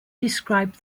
describe